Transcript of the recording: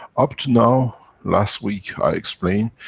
up to now, last week i explained,